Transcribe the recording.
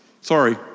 sorry